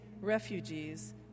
refugees